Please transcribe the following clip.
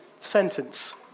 sentence